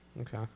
Okay